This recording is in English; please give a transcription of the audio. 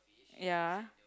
ya